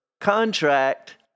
contract